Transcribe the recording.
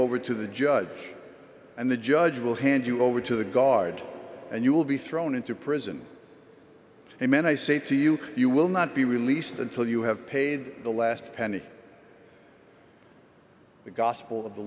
over to the judge and the judge will hand you over to the guard and you will be thrown into prison and when i say to you you will not be released until you have paid the last penny the gospel of the